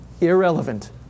Irrelevant